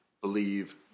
believe